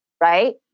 Right